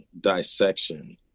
dissection